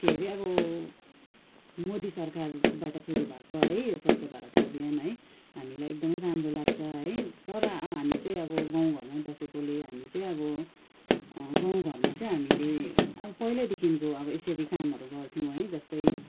के अरे अब मोदी सरकारबाट सुरु भएको है यो स्वच्छ भारत अभियान है हामीलाई एकदमै राम्रो लाग्छ है तर आ हामी चाहिँ अब गाउँघरमा बसेकोले हामी चाहिँ अब गाउँघरमा चाहिँ हामीले आ पहिल्यैदेखिको अब यसरी कामहरू गर्थ्यौँ है जस्तै